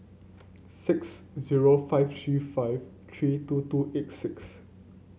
six zero five three five three two two eight six